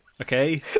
Okay